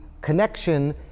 connection